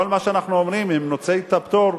כל מה שאנחנו אומרים: אם נוציא את הפטור,